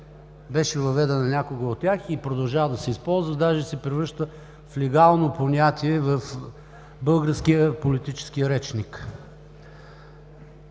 беше въведена някога от тях и продължава да се използва, даже се превръща в легално понятие в българския политически речник.